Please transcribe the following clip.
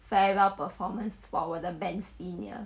farewell performance for our the band senior